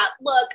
look